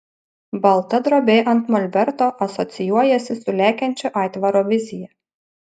balta drobė ant molberto asocijuojasi su lekiančio aitvaro vizija